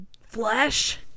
flesh